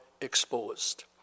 exposed